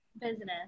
Business